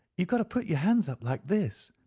you've got to put your hands up like this.